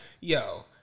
yo